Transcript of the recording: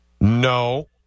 No